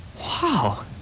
Wow